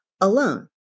alone